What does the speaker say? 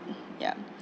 yup